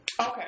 okay